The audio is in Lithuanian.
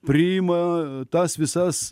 priima tas visas